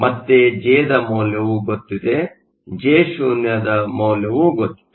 ಮತ್ತೆ ಜೆದ ಮೌಲ್ಯವು ಗೊತ್ತಿದೆ Jo ದ ಮೌಲ್ಯವು ಗೊತ್ತಿದೆ